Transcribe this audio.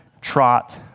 trot